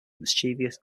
mischievous